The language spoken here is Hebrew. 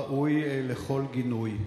ראויה לכל גינוי.